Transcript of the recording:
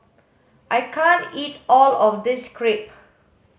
I can't eat all of this Crepe